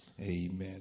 amen